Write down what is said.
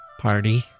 party